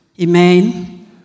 Amen